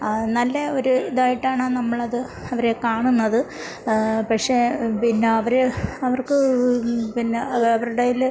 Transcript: ആ നല്ല ഒരു ഇതായിട്ടാണ് നമ്മളത് അവരെ കാണുന്നത് പക്ഷേ പിന്നവർ അവർക്ക് പിന്നെ അതവർടേൽ